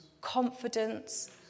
confidence